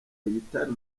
hegitari